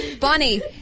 Bonnie